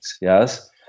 yes